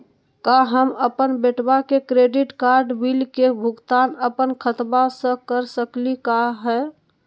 का हम अपन बेटवा के क्रेडिट कार्ड बिल के भुगतान अपन खाता स कर सकली का हे?